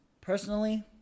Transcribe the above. personally